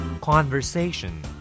Conversation